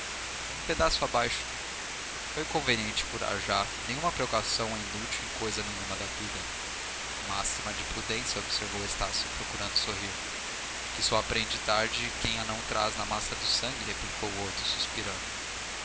pedaço abaixo foi conveniente curar já nenhuma precaução é inútil em coisa nenhuma da vida máxima de prudência observou estácio procurando sorrir que só aprende tarde quem a não traz na massa do sangue replicou o outro suspirando